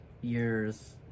year's